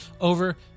over